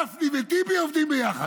גפני וטיבי עובדים ביחד.